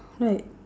right